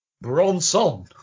Bronson